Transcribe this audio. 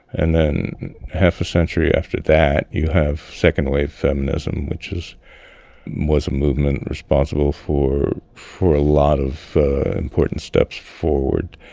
and then half a century after that you have second wave feminism, which was a movement responsible for for a lot of important steps forward,